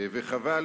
וחבל